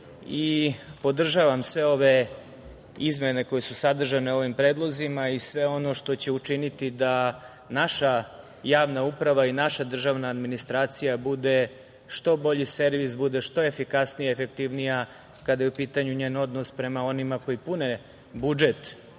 građanima. Podržavam sve ove izmene koje su sadržane u ovim predlozima i sve ono što će učiniti da naša javna uprava i naša državna administracija bude što bolji servis, bude što efikasnija i efektivnija kada je u pitanju njen odnos prema onima koji pune budžet